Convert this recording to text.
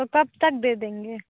तो तब तक दे देंगे